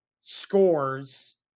scores